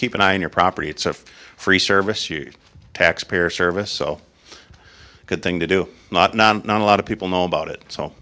keep an eye on your property it's a free service you taxpayer service so good thing to do not not not a lot of people know about it so